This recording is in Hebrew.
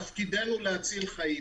תפקידנו להציל חיים.